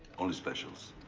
only specials.